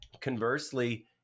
Conversely